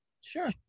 sure